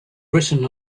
written